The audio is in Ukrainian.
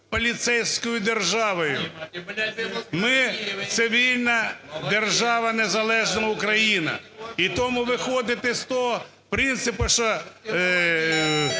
поліцейською державою. Ми – це вільна держава, незалежна Україна. І тому виходити з того принципу, що